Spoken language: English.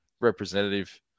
representative